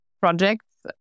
projects